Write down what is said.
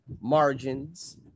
margins